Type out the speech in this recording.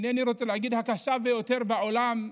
שאינני רוצה להגיד שהיא הקשה ביותר בעולם,